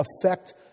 affect